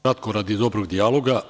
Kratko, radi dobrog dijaloga.